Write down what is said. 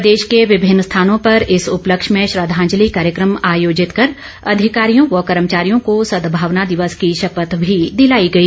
प्रदेश के विभिन्न स्थानों पर इस उपलक्ष्य में श्रद्वांजलि कार्यक्रम आयोजित कर अधिकारियों व कर्मचारियों को सदभावना दिवस की शपथ भी दिलाई गई